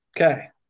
Okay